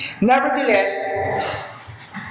Nevertheless